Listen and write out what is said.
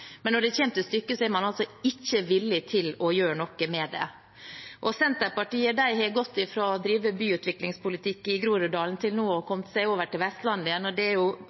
Men når det kommer til stykket, er man altså ikke villig til å gjøre noe med det. Senterpartiet har gått fra å drive byutviklingspolitikk i Groruddalen til nå å ha kommet seg over til Vestlandet igjen, og det er jo